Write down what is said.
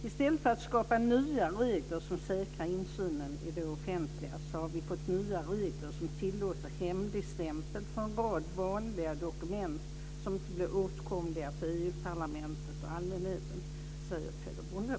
I stället för att skapa nya regler som säkrar insynen i det offentliga har vi fått nya regler som tillåter hemligstämpel för en rad vanliga dokument som inte blir åtkomliga för EU-parlamentet och allmänheten, säger Peder Bonde.